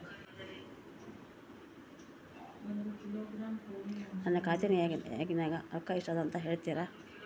ನನ್ನ ಖಾತೆಯಾಗಿನ ರೊಕ್ಕ ಎಷ್ಟು ಅದಾ ಅಂತಾ ಹೇಳುತ್ತೇರಾ?